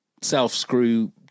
self-screw